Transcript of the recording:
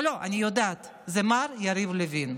לא, לא, אני יודעת, זה מר יריב לוין.